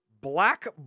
Black